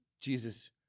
Jesus